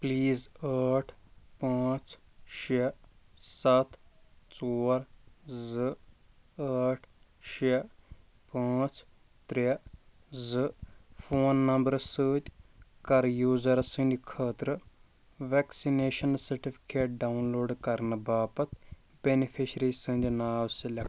please ٲٹھ پانٛژ شےٚ ستھ ژور زٕ ٲٹھ شےٚ پانٛژ ترٛےٚ زٕ فون نمبرَس سۭتۍ کَر یوٗزر سٕنٛدِ خٲطرٕ ویکسِنیٚشن سرٹِفکیٹ ڈاؤن لوڈ کَرنہٕ باپتھ بیٚنِفیشرِی سٕنٛدۍ ناو سِلیٚکٹ